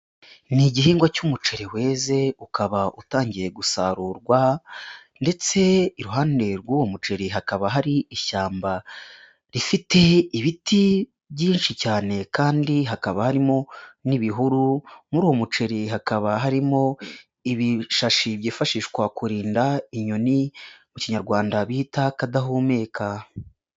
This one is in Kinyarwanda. Ni igihingwa cy'umuceri weze ukaba utangiye gusarurwa ndetse iruhande rw'uwo muceri hakaba hari ishyamba rifite ibiti byinshi cyane kandi hakaba harimo n'ibihuru muri uwo muceri hakaba harimo ibishashi byifashishwa kurinda inyoni mu kinyarwanda bita akadahumeka.